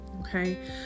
okay